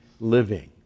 living